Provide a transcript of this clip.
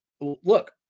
look